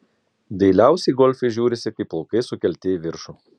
dailiausiai golfai žiūrisi kai plaukai sukelti į viršų